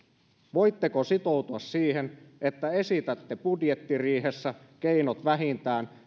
voitteko sitoutua siihen että esitätte budjettiriihessä keinot vähintään